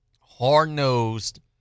hard-nosed